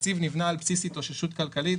התקציב נבנה על בסיס התאוששות כלכלית